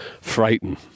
frightened